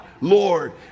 Lord